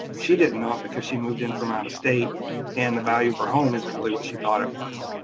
she didn't know it because she moved in from out of state and the value of her home isn't really what she thought it was.